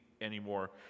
anymore